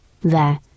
There